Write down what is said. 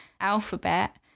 alphabet